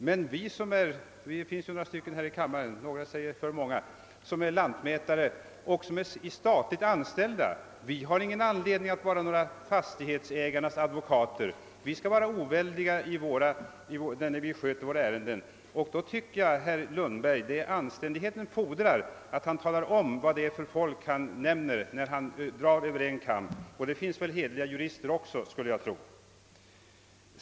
Vi är emellertid några här i kammaren — en del säger att vi är för många — som är statligt anställda lantmätare. Vi har ingen anledning att vara några företagarnas advokater. Vi skall vara oväldiga i vår tjänsteutövning. Anständigheten fordrar att herr Lundberg talar om vad det är för personer han menar när han drar dem över en kam. Det finns väl hederliga jurister också, skulle jag tro!